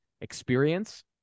experience